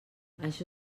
això